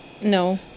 No